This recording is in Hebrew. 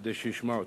כדי שישמע אותי.